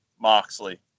Moxley